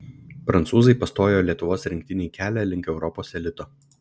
prancūzai pastojo lietuvos rinktinei kelią link europos elito